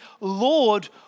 Lord